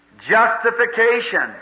justification